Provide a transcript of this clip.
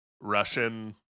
Russian